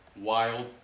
wild